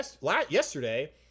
yesterday